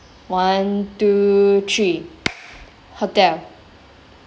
one two three hotel